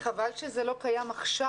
חבל שזה לא קיים עכשיו,